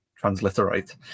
transliterate